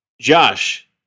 Josh